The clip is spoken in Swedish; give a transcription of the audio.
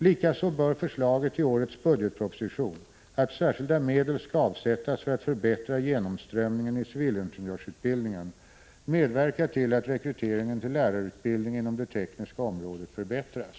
Likaså bör förslaget i årets budgetproposition att särskilda medel skall avsättas för att förbättra genomströmningen i civilingenjörsutbildningen medverka till att rekryteringen till lärarutbildning inom det tekniska området förbättras.